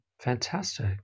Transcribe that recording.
Fantastic